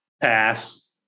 Pass